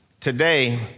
today